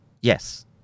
Yes